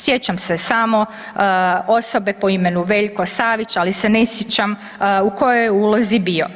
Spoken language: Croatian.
Sjećam se samo osobe po imenu Veljko Savić, ali se ne sjećam u kojoj je ulozi bio.